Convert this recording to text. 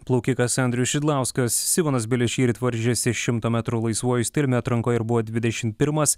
plaukikas andrius šidlauskas simonas bilis šįryt varžėsi šimto metrų laisvuoju stiliumi atrankoje ir buvo dvidešim pirmas